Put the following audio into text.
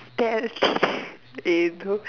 there eh bro